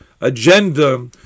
agenda